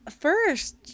first